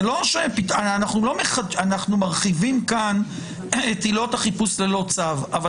כאן אנחנו מרחיבים את עילות החיפוש ללא צו אבל